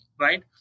right